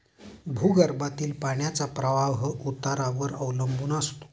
भूगर्भातील पाण्याचा प्रवाह उतारावर अवलंबून असतो